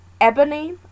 ebony